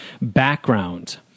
background